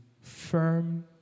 firm